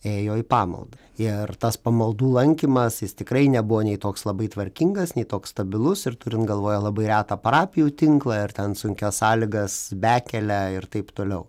ėjo į pamaldą ir tas pamaldų lankymas jis tikrai nebuvo nei toks labai tvarkingas nei toks stabilus ir turint galvoje labai retą parapijų tinklą ir ten sunkias sąlygas bekelę ir taip toliau